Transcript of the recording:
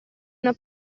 una